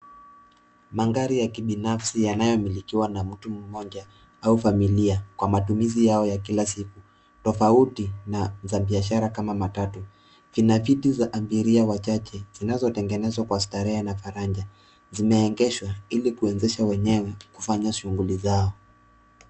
Magari ya kibinafsi yanayomilikiwa na mtu mmoja au familia kwa matumizi yao ya kila siku tofauti na za biashara kama matatu. Vina viti za abiria wachache zinazotegenezwa kwa starehe na faraja, zimeegeshwa ili kuwezesha wenyewe kufanya shughuli zao.